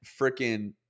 freaking